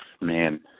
man